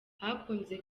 hakunze